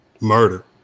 Murder